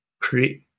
create